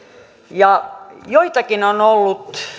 ja on ollut joitakin